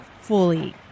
fully